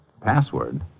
Password